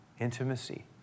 intimacy